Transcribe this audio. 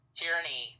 tyranny